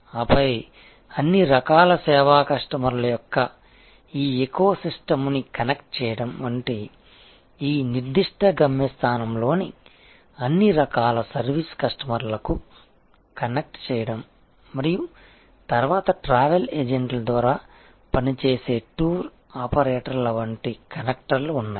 ఆపై అన్ని రకాల సేవా కస్టమర్ల యొక్క ఈ ఎకోసిస్టమ్ని కనెక్ట్ చేయడం ఈ నిర్దిష్ట గమ్యస్థానంలోని అన్ని రకాల సర్వీస్ కస్టమర్లకు కనెక్ట్ చేయడం మరియు తరువాత ట్రావెల్ ఏజెంట్ల ద్వారా పనిచేసే టూర్ ఆపరేటర్ల వంటి కనెక్టర్లు ఉన్నాయి